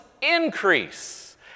increase